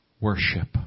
worship